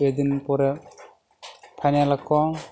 ᱯᱮ ᱫᱤᱱ ᱯᱚᱨᱮ ᱯᱷᱟᱭᱱᱟᱞ ᱟᱠᱚ